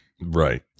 Right